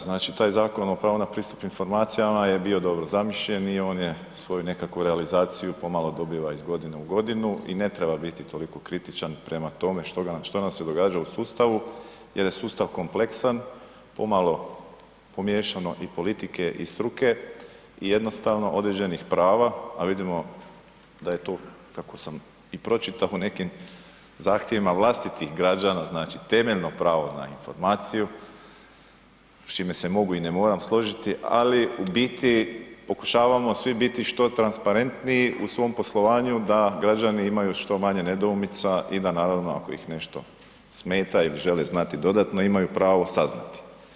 Znači taj Zakon o pravu na pristup informacijama je bio dobro zamišljen i on je svoju nekakvu realizaciju pomalo dobiva iz godine u godinu i ne treba biti toliko kritičan prema tome što nam se događa u sustavu jer je sustav kompleksan, pomalo pomiješano i politike i struke i jednostavno određenih prava a vidimo da je to kako sam i pročitao u nekim zahtjevima vlastitih građana znači temeljno pravo na informaciju s čime se mogu i ne moram složiti ali u biti pokušavamo svi biti što transparentniji u svom poslovanju da građani imaju što manje nedoumica i da naravno ako ih nešto smeta ili žele znati dodatno imaju pravo saznati.